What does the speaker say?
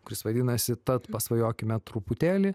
kuris vadinasi tad pasvajokime truputėlį